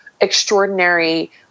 extraordinary